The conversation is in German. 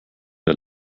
der